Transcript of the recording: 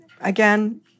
again